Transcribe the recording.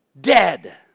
dead